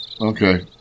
Okay